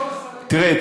תראה,